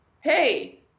hey